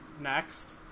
next